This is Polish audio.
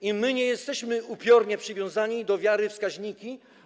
I my nie jesteśmy upiornie przywiązani do wiary we wskaźniki.